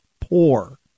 poor